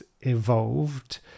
evolved